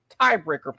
tiebreaker